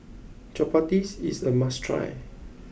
Chapati is a must try